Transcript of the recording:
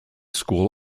school